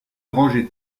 rangeait